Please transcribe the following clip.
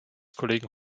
kollegen